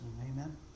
Amen